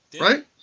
Right